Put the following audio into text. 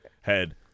Head